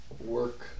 work